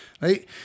right